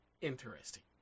interesting